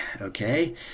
okay